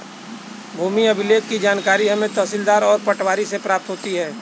भूमि अभिलेख की जानकारी हमें तहसीलदार और पटवारी से प्राप्त होती है